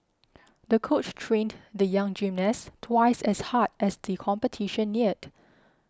the coach trained the young gymnast twice as hard as the competition neared